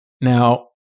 Now